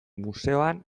museoan